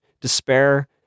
despair